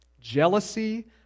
Jealousy